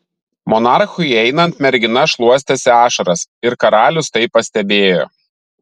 monarchui įeinant mergina šluostėsi ašaras ir karalius tai pastebėjo